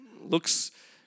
looks